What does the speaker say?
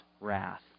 wrath